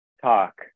talk